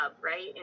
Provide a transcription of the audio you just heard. right